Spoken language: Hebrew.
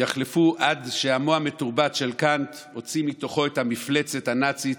יחלפו עד שעמו המתורבת של קאנט הוציא מתוכו את המפלצת הנאצית,